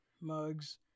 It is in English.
mugs